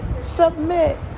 submit